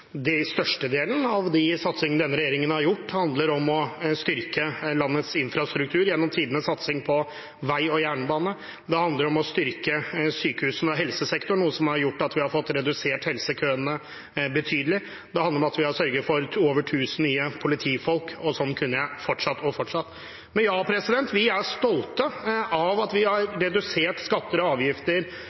Størstedelen av de satsingene som denne regjeringen har gjort, handler om å styrke landets infrastruktur gjennom tidenes satsing på vei og jernbane. Det handler om å styrke sykehusene og helsesektoren, noe som har gjort at vi har fått redusert helsekøene betydelig. Det handler om at vi har sørget for over 1 000 nye politifolk, og sånn kunne jeg fortsatt og fortsatt. Ja, vi er stolte av at vi har redusert skatter og avgifter